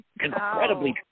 incredibly